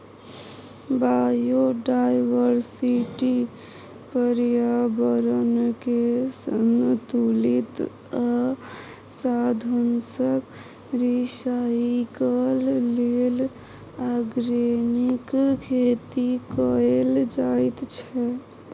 biodiversity, प्रर्याबरणकेँ संतुलित आ साधंशक रिसाइकल लेल आर्गेनिक खेती कएल जाइत छै